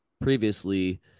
previously